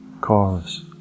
chorus